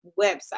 website